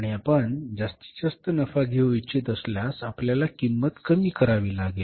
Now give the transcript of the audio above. आणि आपण जास्तीत जास्त नफा घेऊ इच्छित असल्यास आपल्याला किंमत कमी करावी लागेल